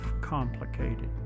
complicated